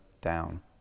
down